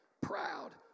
proud